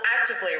actively